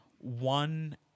one